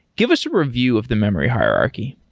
give us a review of the memory hierarchy.